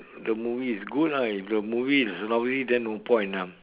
the movie is good ah if the movie is lousy then no point ah